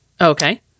Okay